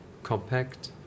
Compact